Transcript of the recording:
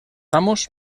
amos